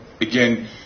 again